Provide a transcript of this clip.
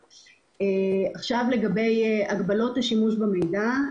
לגבי הגבלות השימוש במידע,